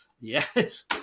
Yes